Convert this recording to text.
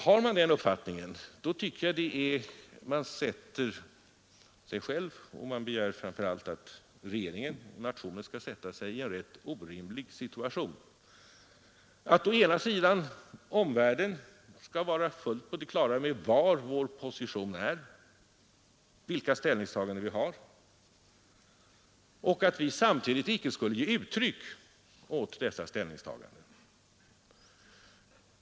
Har han den uppfattningen, tycker jag att han sätter sig själv — och framför allt begär han att regeringen och nationen skall göra det — i en orimlig situation. Å ena sidan skall omvärlden vara fullt på det klara med vilken vår position är och vilka ställningstaganden vi gör; å andra sidan skall vi samtidigt icke ge uttryck åt dessa ställningstaganden.